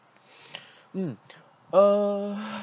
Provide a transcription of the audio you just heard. mm uh